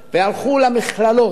והלכו למכללות,